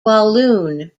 walloon